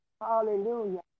Hallelujah